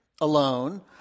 alone